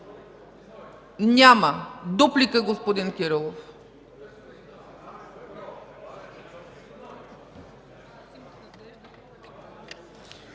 Няма. Дуплика – господин Кирилов.